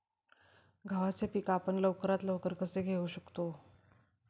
गव्हाचे पीक आपण लवकरात लवकर कसे घेऊ शकतो?